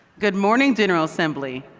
good morning, general assembly.